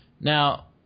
Now